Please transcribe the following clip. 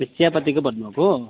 ए चियापतीको भन्नुभएको